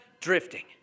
drifting